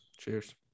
Cheers